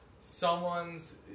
Someone's